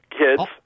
kids